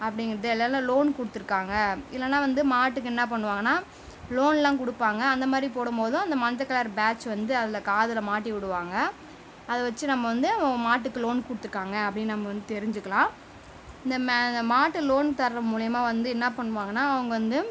அப்படிங்கிறது இல்லலா லோன் கொடுத்துருக்காங்க இல்லைனா வந்து மாட்டுக்கு என்ன பண்ணுவாங்கன்னா லோன்லாம் கொடுப்பாங்க அந்த மாரி போடும்போதும் அந்த மஞ்ச கலர் பேட்ச் வந்து அதில் காதில் மாட்டி விடுவாங்க அதை வச்சு நம்ம வந்து அந்த மாட்டுக்கு லோன் கொடுத்துருக்காங்க அப்படின்னு நம்ப வந்து தெரிஞ்சுக்கலாம் இந்த மே இந்த மாட்டு லோன் தரது மூலியமாக வந்து என்ன பண்ணுவாங்கனா அவங்க வந்து